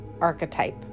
archetype